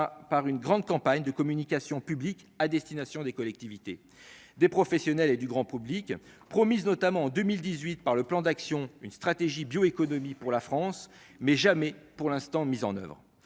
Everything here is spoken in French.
par une grande campagne de communication publique à destination des collectivités, des professionnels et du grand public, promises notamment en 2018 par le plan d'action une stratégie bioéconomie pour la France, mais jamais pour l'instant mise en oeuvre,